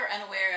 unaware